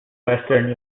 western